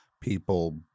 people